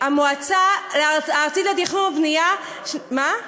המועצה הארצית לתכנון ובנייה, מה?